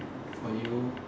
for you